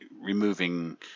removing